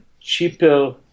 cheaper